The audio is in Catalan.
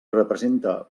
representa